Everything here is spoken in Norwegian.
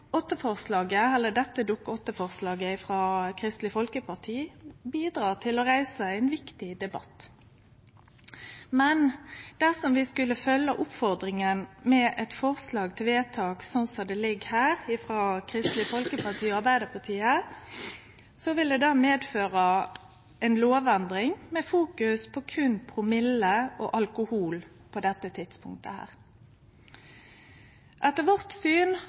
Dette Dokument 8-forslaget frå Kristeleg Folkeparti bidreg til å reise ein viktig debatt, men dersom vi skulle følgje oppfordringa med eit forslag til vedtak, slik som det her ligg føre frå Kristeleg Folkeparti og Arbeidarpartiet, ville det medføre ei lovendring med fokus på berre promille og alkohol på dette tidspunktet. Etter vårt syn